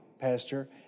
pastor